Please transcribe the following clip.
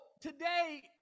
today